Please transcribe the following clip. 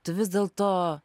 tu vis dėlto